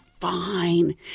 fine